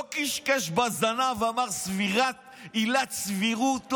לא כשכש בזנב ואמר "עילת סבירות",